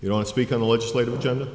you don't speak on the legislative agend